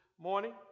Morning